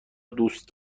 دوست